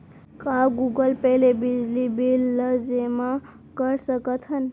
का Google Pay ले बिजली बिल ल जेमा कर सकथन?